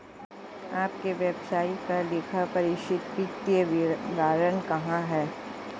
आपके व्यवसाय का लेखापरीक्षित वित्तीय विवरण कहाँ है?